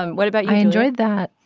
um what about you? i enjoyed that.